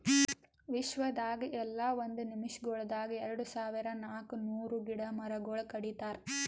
ವಿಶ್ವದಾಗ್ ಎಲ್ಲಾ ಒಂದ್ ನಿಮಿಷಗೊಳ್ದಾಗ್ ಎರಡು ಸಾವಿರ ನಾಲ್ಕ ನೂರು ಗಿಡ ಮರಗೊಳ್ ಕಡಿತಾರ್